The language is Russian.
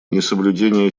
несоблюдение